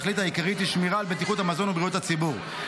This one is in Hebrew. התכלית העיקרית היא שמירה על בטיחות המזון ובריאות הציבור.